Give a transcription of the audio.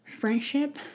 friendship